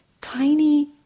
tiny